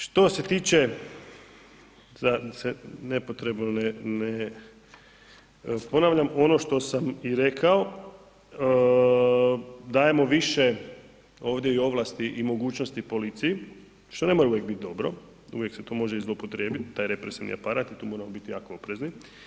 Što se tiče da se nepotrebno ponavljam, ono što sam i rekao dajemo više ovdje ovlasti i mogućnosti policiji, što ne mora uvijek biti dobro, uvijek se to može i zloupotrijebiti, taj represivni aparat i tu moramo biti jako oprezni.